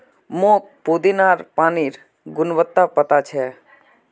मोक पुदीनार पानिर गुणवत्ता पता छ